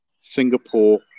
Singapore